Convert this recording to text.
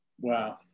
wow